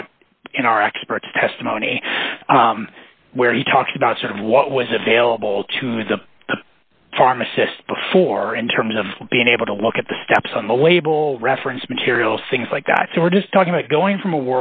out in our experts testimony where he talks about sort of what was available to the pharmacist before in terms of being able to look at the steps on the label reference materials things like that so we're just talking about going from a